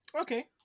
Okay